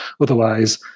otherwise